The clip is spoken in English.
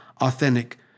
authentic